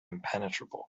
impenetrable